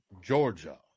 Georgia